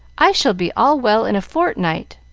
i shall be all well in a fortnight,